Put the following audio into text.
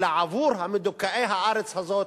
אלא עבור מדוכאי הארץ הזאת,